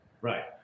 right